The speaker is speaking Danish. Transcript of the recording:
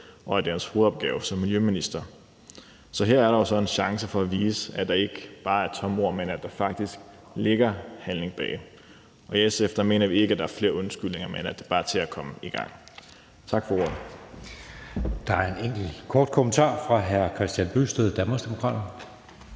det er hans hovedopgave som miljøminister. Så her er der jo altså en chance for at vise, at det ikke bare er tomme ord, men at der rent faktisk bliver lagt handling bag ordene. I SF mener vi ikke, at der er flere undskyldninger, men at det bare er med at komme i gang. Tak for ordet. Kl. 20:29 Anden næstformand (Jeppe Søe): Der er